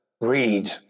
read